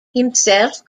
himself